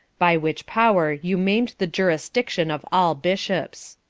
by which power you maim'd the iurisdiction of all bishops